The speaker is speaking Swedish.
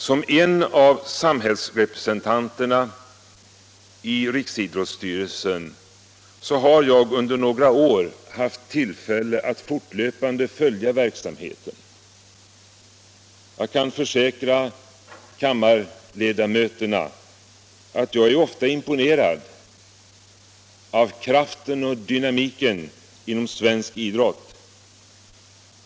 Som en av samhällsrepresentanterna i riksidrottsstyrelsen harjag under några år haft tillfälle att fortlöpande följa verksamheten. Jag kan försäkra kammarledamöterna att jag ofta är imponerad av kraften och dynamiken inom svensk idrott.